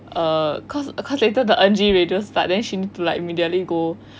eh cause cause later the umji radio start then she need to like immediately go